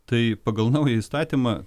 tai pagal naują įstatymą